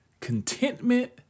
Contentment